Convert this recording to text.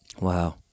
Wow